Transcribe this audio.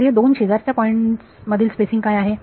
तर या दोन शेजारच्या पॉईंट्स मधील स्पेसिंग काय आहे